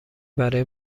برای